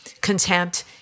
contempt